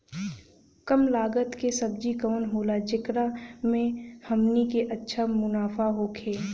कम लागत के सब्जी कवन होला जेकरा में हमनी के अच्छा मुनाफा होखे?